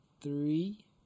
three